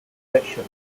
direction